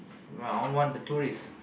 round one the tourist